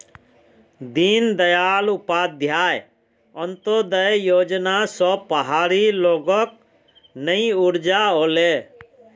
दीनदयाल उपाध्याय अंत्योदय योजना स पहाड़ी लोगक नई ऊर्जा ओले